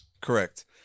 Correct